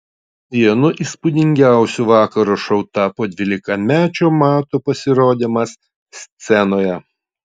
vienu įspūdingiausių vakaro šou tapo dvylikamečio mato pasirodymas scenoje